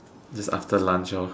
this after lunch lor